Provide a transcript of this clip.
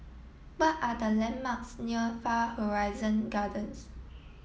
what are the landmarks near Far Horizon Gardens